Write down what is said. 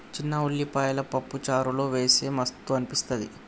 చిన్న ఉల్లిపాయలు పప్పు చారులో వేస్తె మస్తు అనిపిస్తది